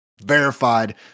verified